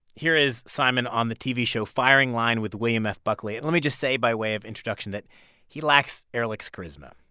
here is simon on the tv show firing line with william f. buckley. let me just say, by way of introduction, that he lacks ehrlich's charisma.